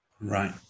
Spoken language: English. Right